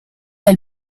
del